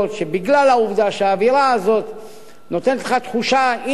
בגלל העובדה שהאווירה הזאת נותנת לך תחושה שהנה,